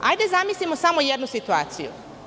Hajde da zamislimo samo jednu situaciju.